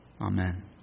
Amen